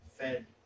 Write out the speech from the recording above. fed